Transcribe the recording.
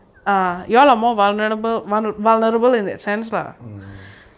mm